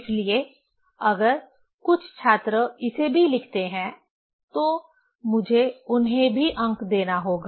इसलिए अगर कुछ छात्र इसे भी लिखते हैं तो मुझे उन्हें भी अंक देना होगा